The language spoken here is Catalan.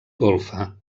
golfa